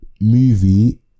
movie